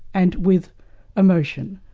and with emotion,